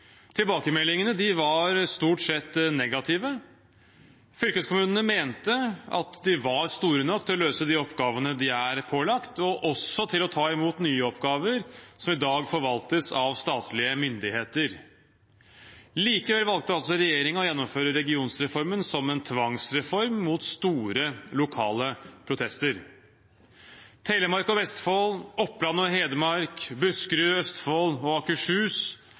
Tilbakemeldingene var stort sett negative. Fylkeskommunene mente at de var store nok til å løse de oppgavene de er pålagt, og også til å ta imot nye oppgaver som i dag forvaltes av statlige myndigheter. Likevel valgte altså regjeringen å gjennomføre regionreformen som en tvangsreform, mot store lokale protester. Telemark og Vestfold, Oppland og Hedmark, Buskerud, Østfold og Akershus